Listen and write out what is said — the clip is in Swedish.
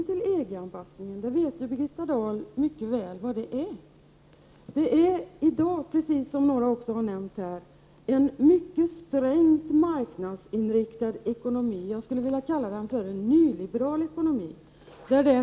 Birgitta Dahl känner mycket väl till anledningen till EG-anpassningen. Som några talare nämnt här i dag är det en mycket strängt marknadsinriktad ekonomi -— jag skulle vilja kalla den för en nyliberal ekonomi.